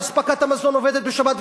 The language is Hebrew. ואספקת המזון עובדת בשבת,